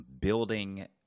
building